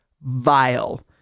vile